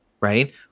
right